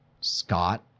Scott